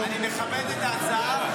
אני מכבד את ההצעה,